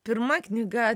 pirma knyga